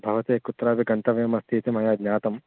भवते कुत्रापि गन्तव्यमस्तीति मया ज्ञातम्